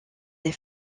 des